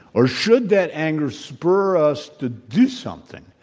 or should that anger spur us to do something,